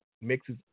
mixes